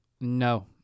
No